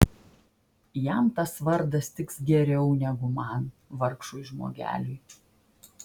jam tas vardas tiks geriau negu man vargšui žmogeliui